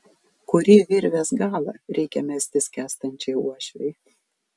kurį virvės galą reikia mesti skęstančiai uošvei